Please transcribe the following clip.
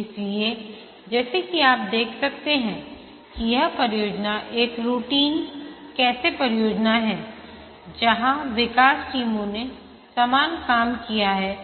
इसलिए जैसा कि आप देख सकते हैं कि यह परियोजना एक रूटीन कैसे परियोजना जहाँ विकास टीमों ने समान काम किया है